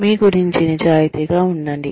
మీ గురించి నిజాయితీగా ఉండండి